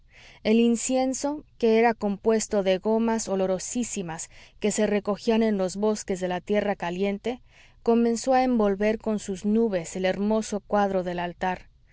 el incienso que era compuesto de gomas olorosísimas que se recogían en los bosques de la tierra caliente comenzó a envolver con sus nubes el hermoso cuadro del altar